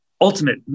ultimate